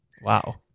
Wow